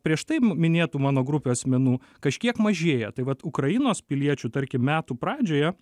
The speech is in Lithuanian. prieš tai m minėtų mano grupių asmenų kažkiek mažėja tai vat ukrainos piliečių tarkim metų pradžioje